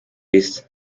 beast